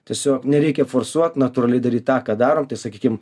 tiesiog nereikia forsuot natūraliai daryt tą ką darom tai sakykim